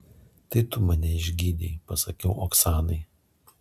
tai tu mane išgydei pasakiau oksanai